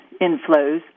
inflows